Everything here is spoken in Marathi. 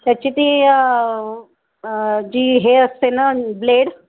त्याची ती जी हे असते ना ब्लेड